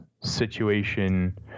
situation